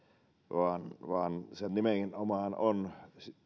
vaan vaan se nimenomaan on